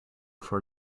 for